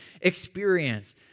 experience